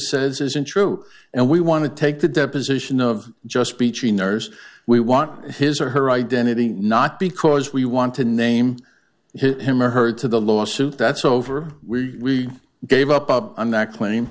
says is untrue and we want to take the deposition of just peachy nurse we want his or her identity not because we want to name him or her to the lawsuit that's over we gave up up on that claim